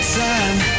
time